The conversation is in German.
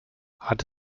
hat